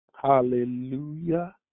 Hallelujah